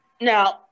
Now